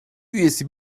üyesi